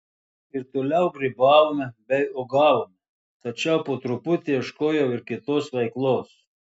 ir toliau grybavome bei uogavome tačiau po truputį ieškojau ir kitos veiklos